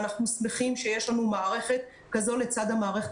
ואנחנו שמחים שיש לנו מערכת כזו לצד המערכת